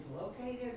located